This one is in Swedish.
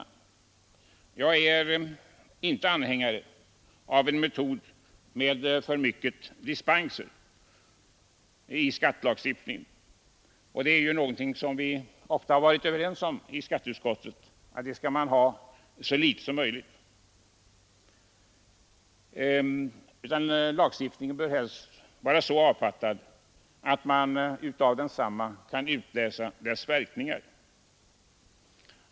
Jag är icke anhängare av en metod med för mycket av dispenser i skattelagstiftningen, och vi har inom skatteutskottet ofta varit överens om att man skall ha så litet som möjligt av det. Lagstiftningen bör helst vara så avfattad att man av densamma kan utläsa dess verkningar.